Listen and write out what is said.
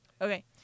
Okay